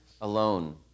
Alone